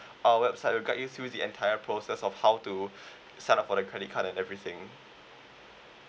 our website will guide you through the entire process of how to sign up for the credit card and everything